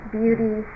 beauty